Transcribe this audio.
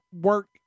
work